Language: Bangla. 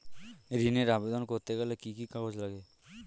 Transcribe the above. ঋণের আবেদন করতে গেলে কি কি কাগজ লাগে?